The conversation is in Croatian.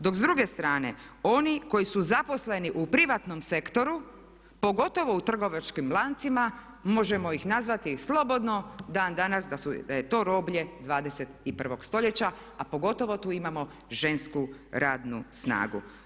Dok s druge strane oni koji su zaposleni u privatnom sektoru pogotovo u trgovačkim lancima možemo ih nazvati slobodno dan danas da je to roblje 21.stoljeća, a pogotovo tu imamo žensku radnu snagu.